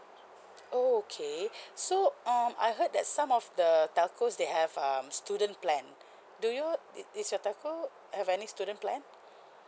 oh okay so um I heard that some of the telcos they have um student plan do you is is your telco have any student plan